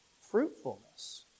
fruitfulness